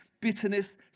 bitterness